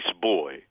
boy